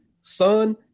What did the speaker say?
son